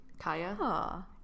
Kaya